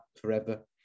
forever